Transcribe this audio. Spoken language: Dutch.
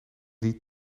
die